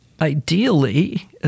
ideally